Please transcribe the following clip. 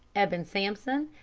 eben sampson,